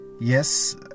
Yes